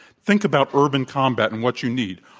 think about urban combat and what you need,